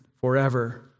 forever